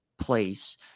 place